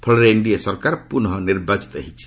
ଫଳରେ ଏନ୍ଡିଏ ସରକାର ପୁନଃ ନିର୍ବାଚିତ ହୋଇଛି